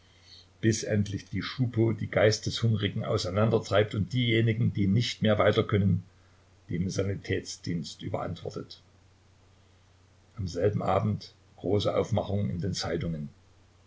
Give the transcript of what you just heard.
bis endlich die schupo die geisteshungrigen auseinandertreibt und diejenigen die nicht mehr weiter können dem sanitätsdienst überantwortet am selben abend große aufmachung in den zeitungen